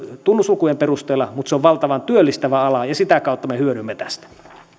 tunnuslukujen perusteella mutta se on valtavan työllistävä ala ja sitä kautta me hyödymme tästä